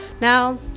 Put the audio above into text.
Now